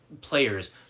players